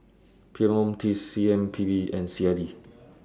P M O T C M P B and C I D